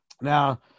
now